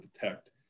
detect